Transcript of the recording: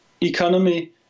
economy